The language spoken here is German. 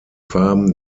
farben